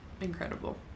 incredible